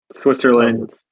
Switzerland